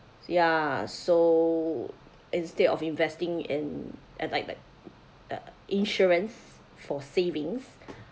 ya so instead of investing in and like uh insurance for savings